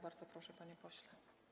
Bardzo proszę, panie pośle.